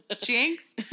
Jinx